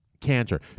cancer